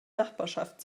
nachbarschaft